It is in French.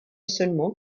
seulement